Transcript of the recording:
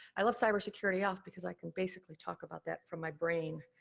i left cybersecurity off because i can basically talk about that from my brain,